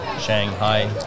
Shanghai